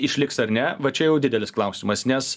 išliks ar ne va čia jau didelis klausimas nes